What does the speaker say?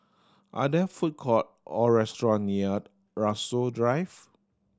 are there food court or restaurant near Rasok Drive